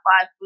five